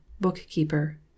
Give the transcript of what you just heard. bookkeeper